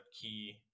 key